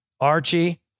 Archie